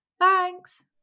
Thanks